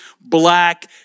black